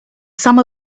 some